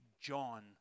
John